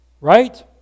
right